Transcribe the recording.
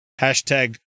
hashtag